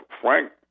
Frank